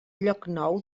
llocnou